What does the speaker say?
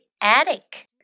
attic